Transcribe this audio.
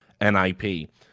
NIP